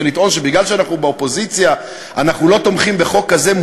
ולטעון שמשום שאנחנו באופוזיציה אנחנו לא תומכים בחוק כזה,